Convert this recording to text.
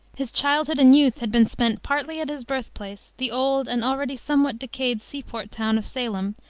his childhood and youth had been spent partly at his birthplace, the old and already somewhat decayed sea-port town of salem,